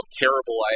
terrible